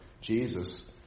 Jesus